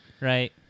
right